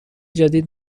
جدید